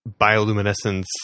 bioluminescence